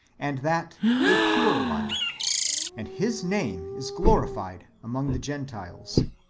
and that a pure one and his name is glorified among the gentiles.